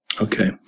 Okay